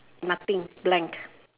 nothing blank